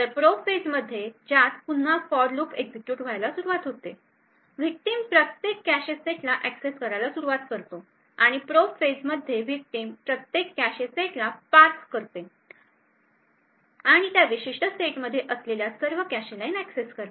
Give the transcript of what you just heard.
तर probe phase मध्ये ज्यात पुन्हा फॉर लूप एक्झिक्युट व्हायला सुरुवात होते विक्टिम प्रत्येक कॅशे सेटला एक्सेस करायला सुरुवात करतो आणि प्रोब फेझ मध्ये विक्टिम प्रत्येक कॅशे सेटला पार्स करते आणि त्या विशिष्ट सेटमध्ये असलेल्या सर्व कॅशे लाइन एक्सेस करते